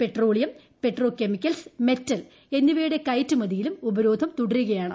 petroleum petrochemicals metal എന്നിവയുടെ കയറ്റുമതിയിലും ഉപരോധം തുടരുകയാണ്